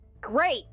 Great